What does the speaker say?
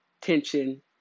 tension